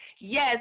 Yes